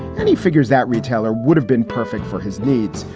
and he figures that retailer would have been perfect for his needs.